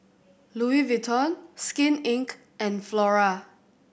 Louis Vuitton Skin Inc and Flora